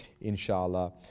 inshallah